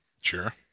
Sure